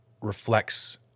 reflects